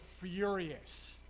furious